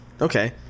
Okay